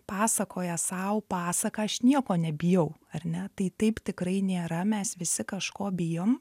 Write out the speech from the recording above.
pasakoja sau pasaką aš nieko nebijau ar ne tai taip tikrai nėra mes visi kažko bijom